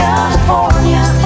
California